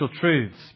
truths